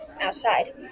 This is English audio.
outside